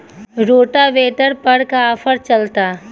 Rotavator पर का offer चलता?